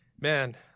man